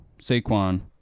Saquon